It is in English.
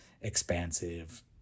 expansive